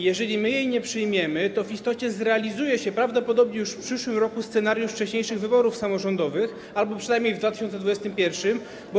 Jeżeli jej nie przyjmiemy, to w istocie zrealizuje się prawdopodobnie już w przyszłym roku scenariusz wcześniejszych wyborów samorządowych, albo przynajmniej w 2021 r.